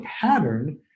pattern